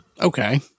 okay